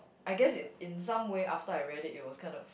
I guess in in some way after I read it it was kind of